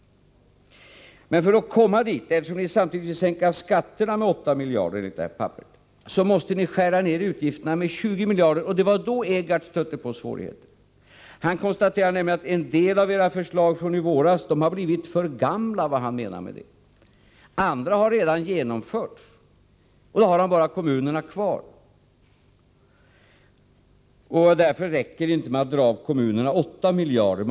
Men för att komma dithän måste ni — eftersom ni samtidigt vill sänka skatterna med 8 miljarder enligt det här papperet — skära ner utgifterna med 20 miljarder, och det var då Egardt stötte på svårigheter. Han konstaterade nämligen att en del av era förslag från i våras har blivit för gamla — vad han nu menar med det. Andra har redan genomförts, och då har han bara kommunerna kvar. Därför räcker det inte med att dra av kommunerna 9 miljarder.